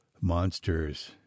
monsters